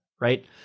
right